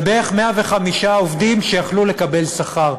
זה בערך 105 עובדים שיכלו לקבל שכר.